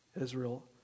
Israel